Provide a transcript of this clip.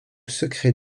secret